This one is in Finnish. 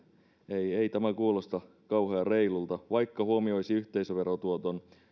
ei ei tämä kuulosta kauhean reilulta vaikka huomioisi yhteisöverotuoton